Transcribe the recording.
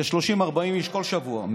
כ-30 40 איש כל שבוע,